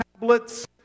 tablets